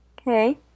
okay